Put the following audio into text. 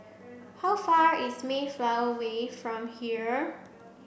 how far away is Mayflower Way from here